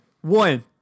One